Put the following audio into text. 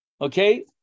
Okay